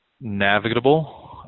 navigable